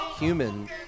human